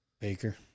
Baker